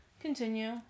Continue